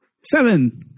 Seven